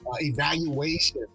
evaluation